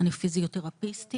אני פיזיותרפיסטית.